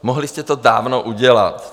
Mohli jste to dávno udělat.